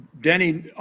Denny